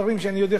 חבר הכנסת אורלב,